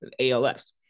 ALFs